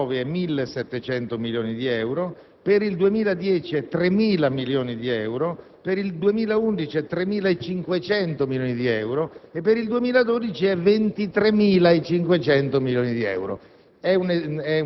per il 2009 è 1.700 milioni di euro, per il 2010 è 3.000 milioni di euro, per il 2011 è 3.500 milioni di euro, infine per il 2012 è 23.500 milioni di euro.